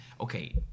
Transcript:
Okay